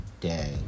day